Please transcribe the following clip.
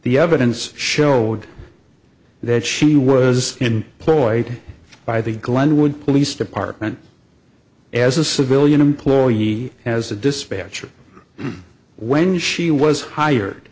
the evidence showed that she was in ploy by the glenwood police department as a civilian employee as a dispatcher when she was hired